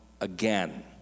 again